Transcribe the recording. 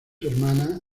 hermana